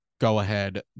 go-ahead